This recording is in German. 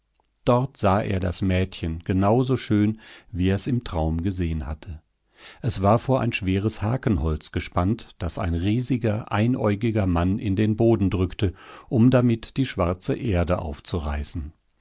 dort sah er das mädchen genauso schön wie er's im traum gesehen hatte es war vor ein schweres hakenholz gespannt das ein riesiger einäugiger mann in den boden drückte um damit die schwarze erde aufzureißen